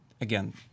again